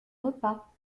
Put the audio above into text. repas